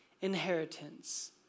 inheritance